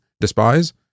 despise